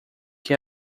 que